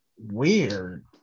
Weird